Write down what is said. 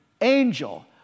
angel